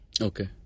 Okay